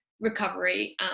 recovery